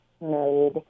made